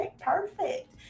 perfect